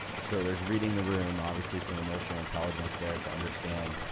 so there's reading the room, obviously some emotional intelligence there to understand.